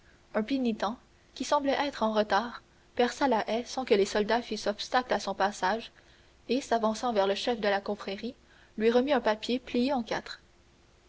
un pénitent qui semblait être en retard perça la haie sans que les soldats fissent obstacle à son passage et s'avançant vers le chef de la confrérie lui remit un papier plié en quatre